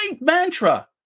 mantra